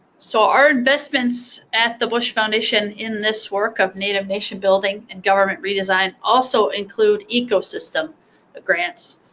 so our investments at the bush foundation in this work of native nation building and government redesign also include ecosystem grants.